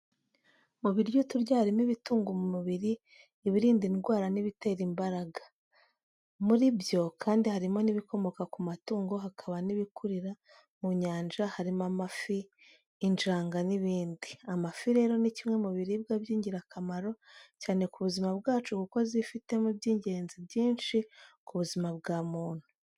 Mu biryo turya harimo ibitunga umubiri, ibirinda indwara n'ibitera imbaraga. Muri byo kandi harimo n'ibikomoka ku matungo, hakaba n'ibikurira mu nyanja harimo amafi, injanga n'ibindi. Amafi rero ni kimwe mu biribwa by'ingirakamaro cyane ku buzima bwacu kuko zifitemo iby'ingenzi byinshi ku buzima bwa muntu.